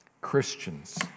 Christians